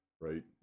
right